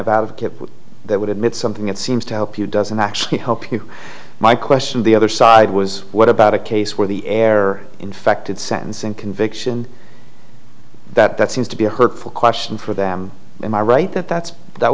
of out of it that would admit something that seems to help you doesn't actually help you my question the other side was what about a case where the error infected sense and conviction that that seems to be a hurtful question for them am i right that that's that